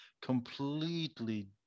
completely